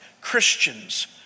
Christians